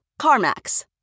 CarMax